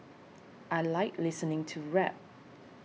I like listening to rap